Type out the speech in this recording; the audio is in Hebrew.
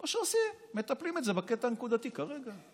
או שעושים, מטפלים בזה בקטע הנקודתי כרגע.